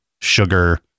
sugar